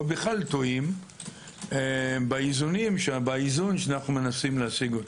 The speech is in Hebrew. או בכלל טועים באיזון שאנו מנסים להשיגו.